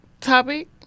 topic